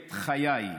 פרויקט חיי,